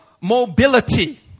mobility